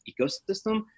ecosystem